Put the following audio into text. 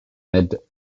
mid